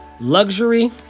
luxury